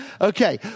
Okay